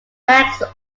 max